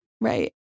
right